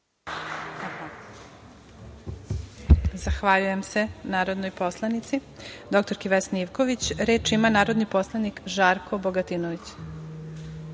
Zahvaljujem se narodnoj poslanici dr Vesni Ivković. Reč ima narodni poslanik Žarko Bogatinović.